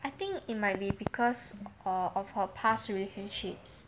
I think it might be because of her past relationships